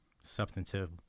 substantive